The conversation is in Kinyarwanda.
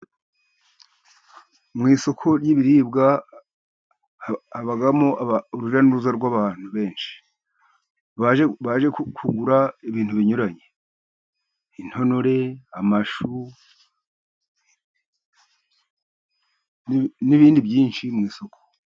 Mu isoko ry'ibiribwa habamo urujya nuruza rw'abantu benshi, baje kugura ibintu binyuranye intonore , amashu n'ibindi byinshi mu isoko.